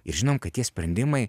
ir žinom kad tie sprendimai